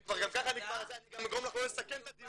אני אגרום לך לא לסכם את הדיון.